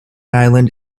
island